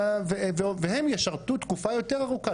והם ישרתו תקופה יותר ארוכה,